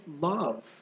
love